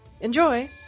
Enjoy